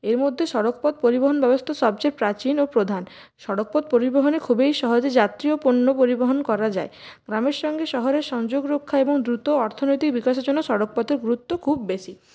এর মধ্যে সড়কপথ পরিবহণ ব্যবস্থা সবচেয়ে প্রাচীন ও প্রধান সড়কপথ পরিবহণে খুবই সহজে যাত্রী ও পণ্য পরিবহণ করা যায় গ্রামের সঙ্গে শহরের সংযোগরক্ষা এবং দ্রুত অর্থনৈতিক বিকাশের জন্য সড়কপথের গুরুত্ব খুব বেশি